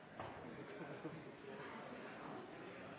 Takk til